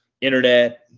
Internet